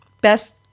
Best